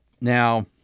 Now